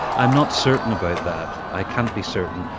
i'm not certain about that, i can't be certain,